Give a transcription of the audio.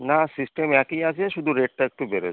না সিস্টেম একই আছে শুদু রেটটা একটু বেড়েছে